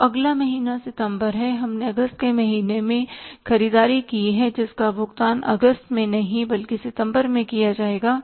तो अगला महीना सितंबर है हमने अगस्त के महीने में ख़रीददारी की है जिसका भुगतान अगस्त में नहीं बल्कि सितंबर में किया जाएगा